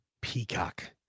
Peacock